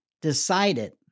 decided